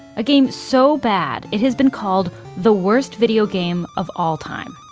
a game so bad it has been called the worst video game of all time.